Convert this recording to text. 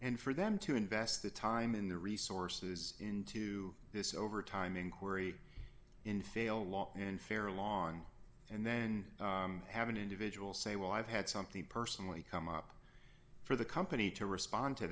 and for them to invest the time in their resources into this over time inquiry in failed law and fair lawn and then have an individual say well i've had something personally come up for the company to respond to